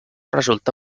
resulta